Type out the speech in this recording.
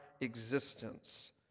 existence